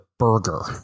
Burger